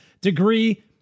degree